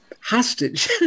hostage